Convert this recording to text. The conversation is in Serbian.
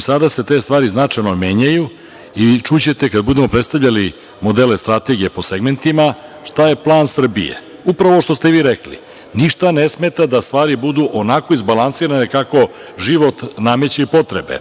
sada se te stvari značajno menjaju i čućete kada budemo predstavljali modele strategije po segmentima šta je plan Srbije, upravo što ste i vi rekli. Ništa ne smeta da stvari budu onako izbalansirane kako život nameće potrebe,